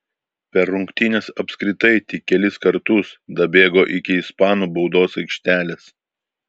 per rungtynes apskritai tik kelis kartus dabėgo iki ispanų baudos aikštelės